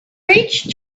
reach